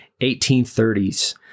1830s